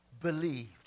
believed